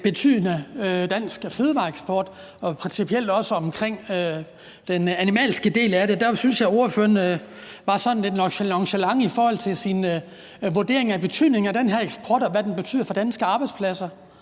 betydningen af dansk fødevareeksport og også om den animalske del af den. Der synes jeg, ordføreren var sådan lidt nonchalant i sin vurdering af betydningen af den her eksport, og hvad den betyder for danske arbejdspladser.